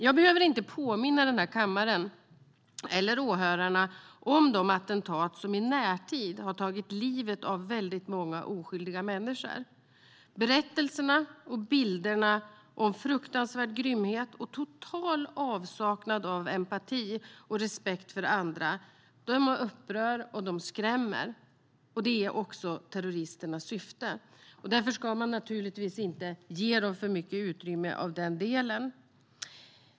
Jag behöver inte påminna kammaren eller åhörarna om de attentat som i närtid har tagit livet av många oskyldiga människor. Berättelserna och bilderna om fruktansvärd grymhet och total avsaknad av empati och respekt för andra upprör och skrämmer. Det är också terroristernas syfte. Därför ska man naturligtvis inte ge dem för mycket utrymme av den delen.